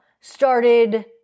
started